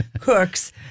cooks